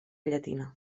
llatina